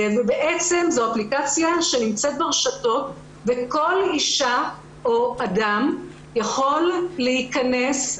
זאת אפליקציה שנמצאת ברשתות וכל אישה או אדם יכולים להיכנס,